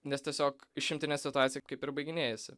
nes tiesiog išimtinė situacija kaip ir baiginėjasi